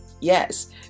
yes